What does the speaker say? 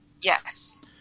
Yes